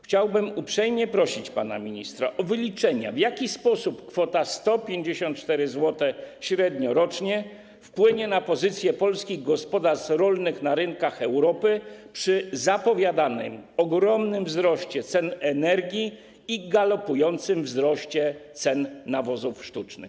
Chciałbym uprzejmie prosić pana ministra o wyliczenia, w jaki sposób kwota 154 zł średniorocznie wpłynie na pozycję polskich gospodarstw rolnych na rynkach Europy przy zapowiadanym ogromnym wzroście cen energii i galopującym wzroście cen nawozów sztucznych.